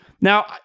Now